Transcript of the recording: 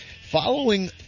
Following